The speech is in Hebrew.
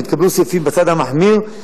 אם יתקבלו סעיפים בצד המחמיר,